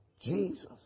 Jesus